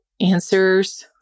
answers